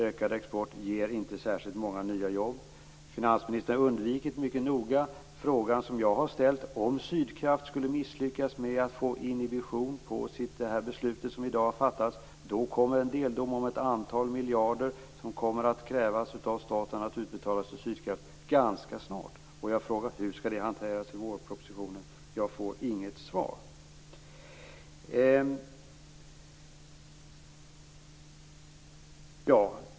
Ökad export ger inte särskilt många nya jobb. Finansministern undvek mycket noga den fråga som jag ställde. Om Sydkraft skulle misslyckas med att få inhibition av det beslut som i dag har fattats, då kommer det ganska snart en deldom där staten krävs på ett antal miljarder att utbetala till Sydkraft. Min fråga var: Hur skall detta hanteras i vårpropositionen? Jag fick inget svar.